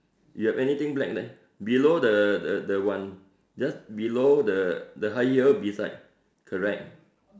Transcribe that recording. you have anything black there below the the the one just below the the high heel beside correct